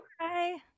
Hi